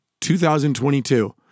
2022